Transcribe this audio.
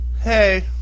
Hey